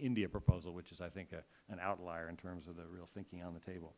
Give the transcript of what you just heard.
india proposal which is i think an outlier in terms of the real thinking on the table